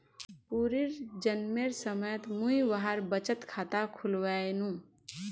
परीर जन्मेर समयत मुई वहार बचत खाता खुलवैयानु